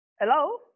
Hello